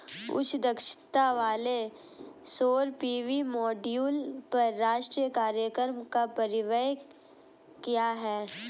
उच्च दक्षता वाले सौर पी.वी मॉड्यूल पर राष्ट्रीय कार्यक्रम का परिव्यय क्या है?